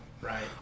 Right